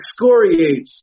excoriates